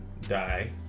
die